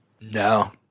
No